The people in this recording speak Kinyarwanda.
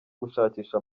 gushakisha